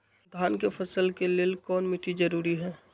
धान के फसल के लेल कौन मिट्टी जरूरी है?